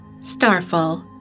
Starfall